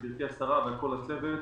גברתי השרה וכל הצוות,